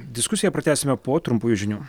diskusiją pratęsime po trumpųjų žinių